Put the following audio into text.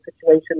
situation